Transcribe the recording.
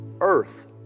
earth